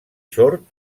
sord